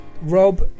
Rob